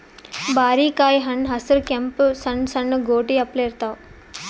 ಬಾರಿಕಾಯಿ ಹಣ್ಣ್ ಹಸ್ರ್ ಕೆಂಪ್ ಸಣ್ಣು ಸಣ್ಣು ಗೋಟಿ ಅಪ್ಲೆ ಇರ್ತವ್